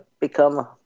become